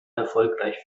erfolgreich